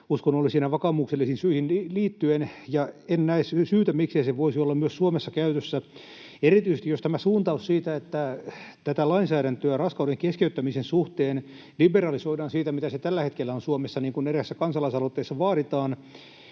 uskonnollisiin ja vakaumuksellisiin syihin liittyen, ja en näe syytä, miksei se voisi olla myös Suomessa käytössä. Erityisesti jos lainsäädäntöä raskauden keskeyttämisen suhteen liberalisoidaan siitä, mitä se tällä hetkellä on Suomessa, niin kuin eräässä kansalaisaloitteessa vaaditaan,